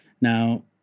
now